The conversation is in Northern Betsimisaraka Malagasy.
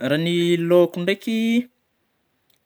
Raha ny lôko ndraiky,